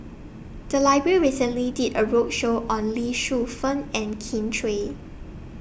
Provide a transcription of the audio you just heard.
The Library recently did A roadshow on Lee Shu Fen and Kin Chui